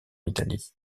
italie